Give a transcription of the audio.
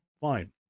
fine